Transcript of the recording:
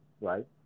right